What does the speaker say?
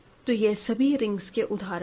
तो यह सभी रिंग्स के उदाहरण थे